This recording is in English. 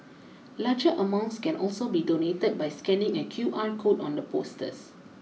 larger amounts can also be donated by scanning a Q R code on the posters